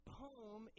poem